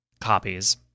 copies